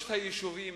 שלושת היישובים,